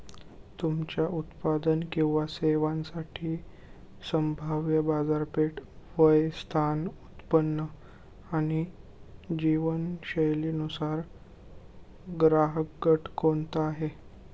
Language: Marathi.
तुमच्या उत्पादन किंवा सेवांसाठी संभाव्य बाजारपेठ, वय, स्थान, उत्पन्न आणि जीवनशैलीनुसार ग्राहकगट कोणता आहे?